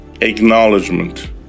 acknowledgement